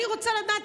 אני רוצה לדעת,